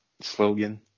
slogan